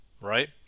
right